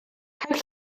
caiff